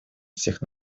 всех